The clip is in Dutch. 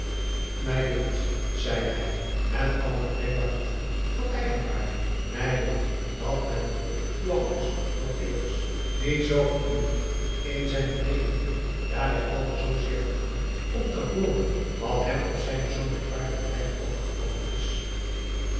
mij dunkt zeide hij met alle bedenkbaar gevoel van eigen waarde mij dunkt dat het beter ware dat men broeder johannes wouterus niet zoo gedurig in zijne rede viel daar wij alle zoo zeer verlangen om te hooren wat hem op zijne zoo merkwaardige reis overgekomen is